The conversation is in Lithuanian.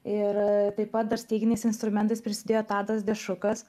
ir taip pat dar styginiais instrumentais prisidėjo tadas dešukas